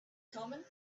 common